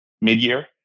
mid-year